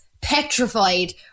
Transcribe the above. petrified